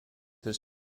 his